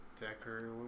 Decker